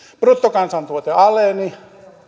bruttokansantuote aleni